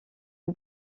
une